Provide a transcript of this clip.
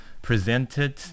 presented